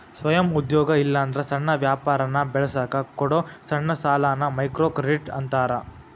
ಸ್ವಯಂ ಉದ್ಯೋಗ ಇಲ್ಲಾಂದ್ರ ಸಣ್ಣ ವ್ಯಾಪಾರನ ಬೆಳಸಕ ಕೊಡೊ ಸಣ್ಣ ಸಾಲಾನ ಮೈಕ್ರೋಕ್ರೆಡಿಟ್ ಅಂತಾರ